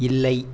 இல்லை